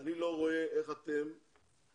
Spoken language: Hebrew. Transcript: אני לא רואה איך אתם קולטים